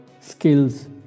skills